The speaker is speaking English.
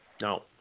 No